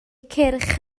cyrch